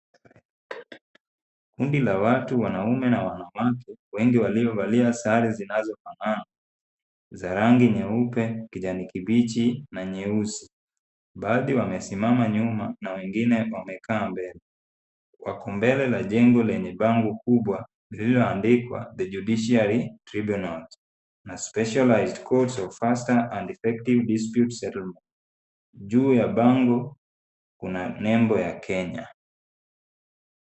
Kundi la watu wanaume na wanawake wengi waliovalia sare za rangi nyeupe kijani kibichi na nyeusi. Baadhi wamesimama nyuma na wengine wamekaa mbele. Wako mbele la jengo lenye bango kubwa lililoandikwa The judiciary Tribunals On A Specialized Course Faster And Effective Dispute Settlements . Juu ya bango kuna nembo ya Kenya.